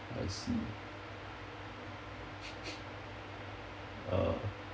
I see uh